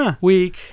weak